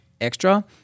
extra